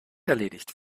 erledigt